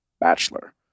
Bachelor